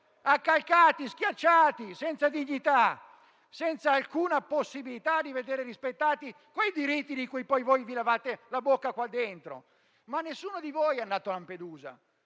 accalcati, schiacciati, senza dignità, senza alcuna possibilità di veder rispettati quei diritti di cui poi vi lavate la bocca qua dentro. Ma nessuno di voi è andato a Lampedusa